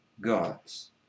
gods